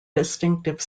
distinctive